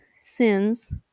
sins